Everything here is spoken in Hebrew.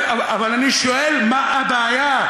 אבל אני שואל, מה הבעיה?